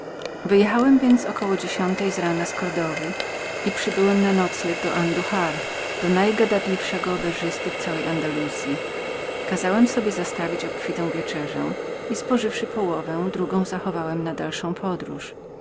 wyjechałem więc około dziesiątej z rana z kordowy i przybyłem na nocleg do anduhar do najgadatliwszego oberżysty z całej andaluzyi kazałem sobie zastawić obfitą wieczerzę i połowę spożywszy drugą zachowałem na dalszą podróż